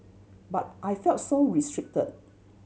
but I felt so restricted